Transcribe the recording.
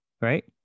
Right